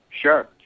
sure